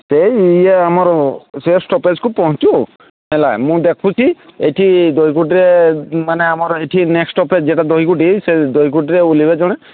ସେଇ ଇଏ ଆମର ସେ ଷ୍ଟପେଜ୍କୁ ପହଞ୍ଚୁ ହେଲା ମୁଁ ଦେଖୁଛି ଏଠି ଦୋଇଗୁଟରେ ମାନେ ଆମର ଏଠି ନେକ୍ଷ୍ଟ୍ ଷ୍ଟପେଜ୍ ଯେଉଁଟା ଦୋଇଗୁଟି ସେ ଦୋଇଗୁଟରେ ଓହ୍ଲାଇବେ ଜଣେ